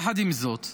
יחד עם זאת,